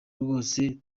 rwose